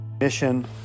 Mission